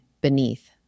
beneath